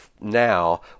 now